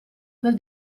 per